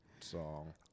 song